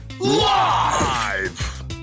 Live